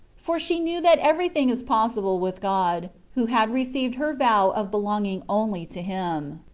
for she knew that everything is possible with god, who had received her vow of belonging only to him.